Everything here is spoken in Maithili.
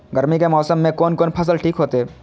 गर्मी के मौसम में कोन कोन फसल ठीक होते?